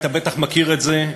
אתה בטח מכיר את זה,